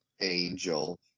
Angel